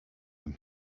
them